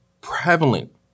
prevalent